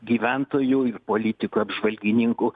gyventojų ir politikų apžvalgininkų